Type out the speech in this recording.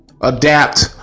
adapt